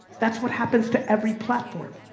that's what happens to every platform.